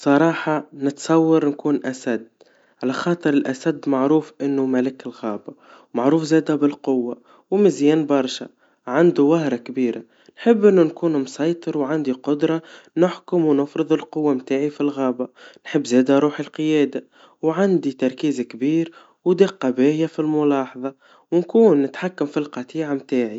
بصراحا نتصور نكون أسد, على خاطر الأسد معروف إنه ملك الغابة, ومعروف زيادة بالقوة, ومزيان برشا عنده وهرا كبيرة, نحب إنه نكون مسيطر وعندي قدرا نحكم ونفرض القوة متاعي في الغابا, نحب زيادا روح القيادا, وعندي تركيز كبير, ودقا باهيا في الملاحظا, ونكون نتحكم في القطيع متاعي.